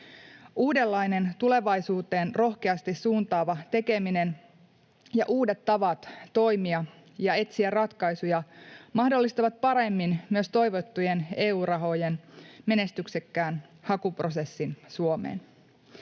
Uudenlainen, tulevaisuuteen rohkeasti suuntaava tekeminen ja uudet tavat toimia ja etsiä ratkaisuja mahdollistavat paremmin myös toivottujen EU-rahojen menestyksekkään hakuprosessin Suomeen.